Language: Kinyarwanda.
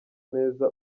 neza